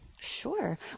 Sure